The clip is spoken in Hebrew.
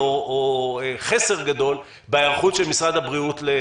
או רשות אשפוז עליונה היא גוף שמורכב ממשרד הבריאות,